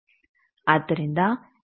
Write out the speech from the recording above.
ಆದ್ದರಿಂದ ಈ ಎರಡೂ ವಿಷಯಗಳನ್ನು ಗುರುತಿಸಿ